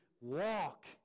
walk